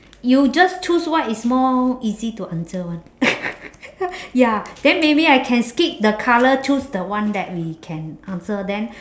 you just choose what is more easy to answer one ya then maybe I can skip the colour choose the one that we can answer then